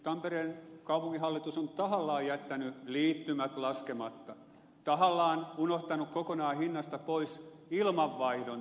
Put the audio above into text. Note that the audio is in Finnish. tampereen kaupunginhallitus on tahallaan jättänyt liittymät laskematta tahallaan unohtanut kokonaan hinnasta pois tunnelien ilmanvaihdon